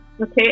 okay